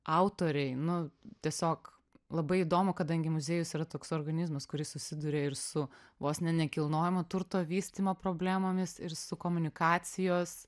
autoriai nu tiesiog labai įdomu kadangi muziejus yra toks organizmas kuris susiduria ir su vos ne nekilnojamo turto vystymo problemomis ir su komunikacijos